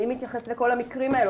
מי מתייחס לכל המקרים האלו?